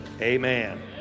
amen